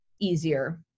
easier